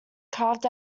carved